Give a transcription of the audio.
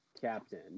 captain